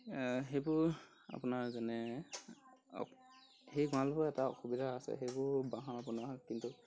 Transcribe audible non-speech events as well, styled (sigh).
সেইবোৰ আপোনাৰ যেনে (unintelligible) সেই গৰাঁলবোৰৰ এটা অসুবিধা আছে সেইবোৰ বাঁহৰ বনোৱা হয় কিন্তু